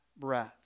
breath